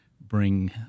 bring